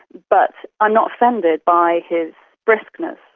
but i'm not offended by his briskness.